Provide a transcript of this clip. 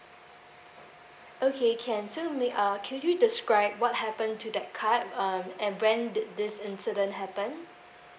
okay can so may uh could you describe what happened to that card um and when did this incident happened